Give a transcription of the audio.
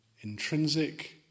intrinsic